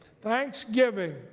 Thanksgiving